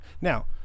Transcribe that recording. Now